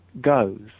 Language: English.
goes